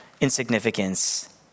insignificance